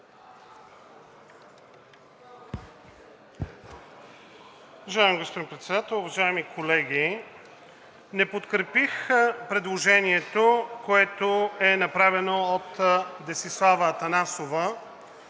господин Председател, уважаеми колеги! Не подкрепих предложението, което е направено от Десислава Атанасова,